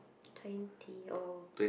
twenty or